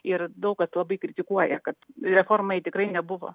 ir daug kas labai kritikuoja kad reformai tikrai nebuvo